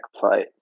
fight